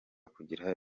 kugira